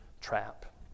trap